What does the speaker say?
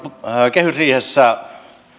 kehysriihessä